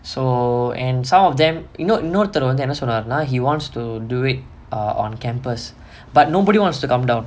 so and some of them இன்னோ இன்னொருத்தர் வந்து என்ன சொன்னாருனா:inno innoruthar vanthu enna sonnarunaa he wants to do it are on campus but nobody wants to come down